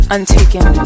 Untaken